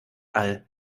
all